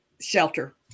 shelter